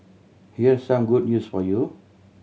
here's some good news for you